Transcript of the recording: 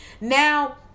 now